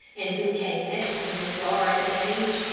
and who came next to miss laura in age,